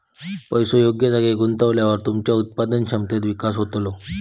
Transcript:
पैसो योग्य जागी गुंतवल्यावर तुमच्या उत्पादन क्षमतेत विकास होतलो